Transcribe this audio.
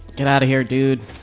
get out of here, dude.